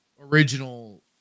original